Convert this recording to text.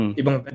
ibang